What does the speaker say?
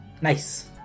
Nice